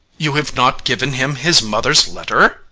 you have not given him his mother's letter?